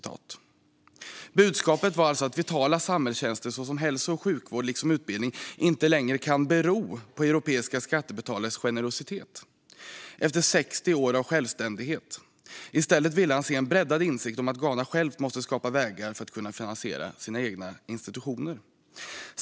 Budskapet var att vitala samhällstjänster, såsom hälso och sjukvård och utbildning, inte längre kan bero på europeiska skattebetalares generositet efter sextio år av självständighet. I stället ville han se en breddad insikt om att Ghana självt måste skapa vägar för att kunna finansiera sina egna institutioner.